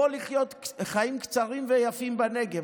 בואו לחיות חיים קצרים ויפים בנגב.